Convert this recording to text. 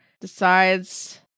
decides